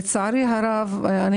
לצערי הרב, אני